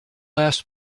last